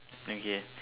okay